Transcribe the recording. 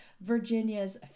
Virginia's